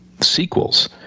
sequels